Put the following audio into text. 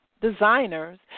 designers